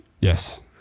Yes